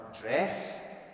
dress